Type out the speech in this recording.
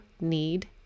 need